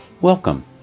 Welcome